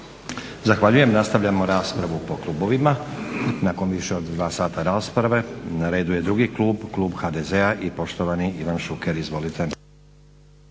Zahvaljujem. Nastavljamo raspravu po klubovima nakon više od dva sata rasprave na redu je drugi klub, klub HDZ-a i poštovani Ivan Šuker. Izvolite.